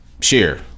share